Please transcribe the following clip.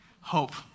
Hope